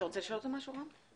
אתה רוצה לשאול אותו משהו, רם?